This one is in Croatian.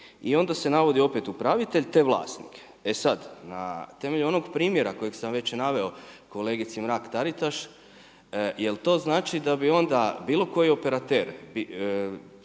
i onda se navodi opet upravitelj te vlasnik. E sada na temelju onog primjera kojeg sam već naveo kolegici Mrak-TAritaš jel to znači da bi onda bilo koji operater